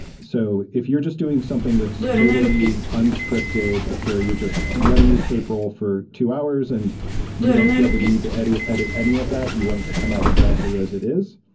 so if you're just doing something that's totally unscripted, where you're just letting the tape roll for two hours and you don't feel the need to edit edit any of that, you want it to come out exactly as it is,